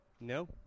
No